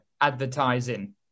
advertising